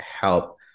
help